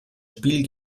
spiel